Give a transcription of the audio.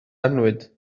annwyd